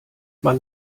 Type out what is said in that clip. man